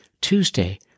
Tuesday